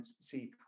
see